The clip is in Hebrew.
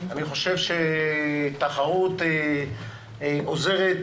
אני חושב שתחרות עוזרת